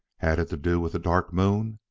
had it to do with the dark moon?